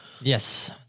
Yes